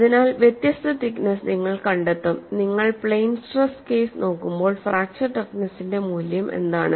അതിനാൽ വ്യത്യസ്ത തിക്നെസ്സ് നിങ്ങൾ കണ്ടെത്തും നിങ്ങൾ പ്ലെയിൻ സ്ട്രെസ് കേസ് നോക്കുമ്പോൾ ഫ്രാക്ച്ചർ ടഫ്നെസിന്റെ മൂല്യം എന്താണ്